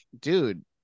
dude